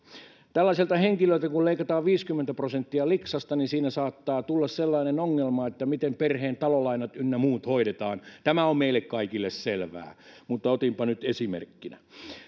tällaiselta henkilöltä leikataan viisikymmentä prosenttia liksasta niin siinä saattaa tulla sellainen ongelma että miten perheen talolainat ynnä muut hoidetaan tämä on meille kaikille selvää mutta otinpa nyt esimerkkinä